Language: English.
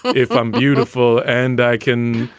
if i'm beautiful and i can,